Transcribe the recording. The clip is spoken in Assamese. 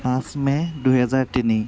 পাঁচ মে' দুহেজাৰ তিনি